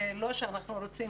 זה לא שאנחנו רוצים,